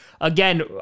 Again